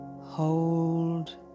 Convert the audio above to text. hold